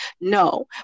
No